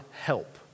help